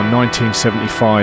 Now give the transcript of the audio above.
1975